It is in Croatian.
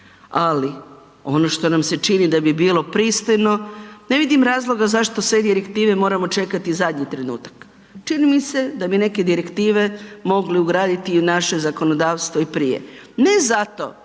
ali ono što nam se čini da bi bilo pristojno, ne vidim razloga zašto sve direktive moramo čekati zadnji trenutak. Čini mi se da bi neke direktive mogli ugraditi i u naše zakonodavstvo i prije, ne zato,